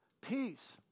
Peace